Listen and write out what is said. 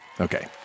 Okay